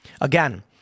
Again